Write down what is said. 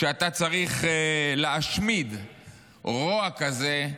כשאתה צריך להשמיד רוע כזה,